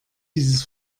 dieses